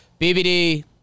BBD